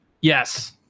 Yes